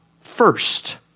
first